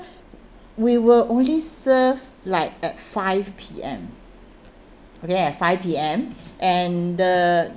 we were only served like at five P_M okay at five P_M and the